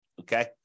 okay